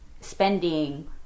spending